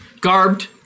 Garbed